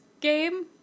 game